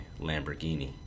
Lamborghini